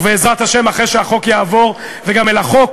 ובעזרת השם, אחרי שהחוק יעבור, וגם אל החוק